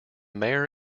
mayor